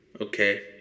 Okay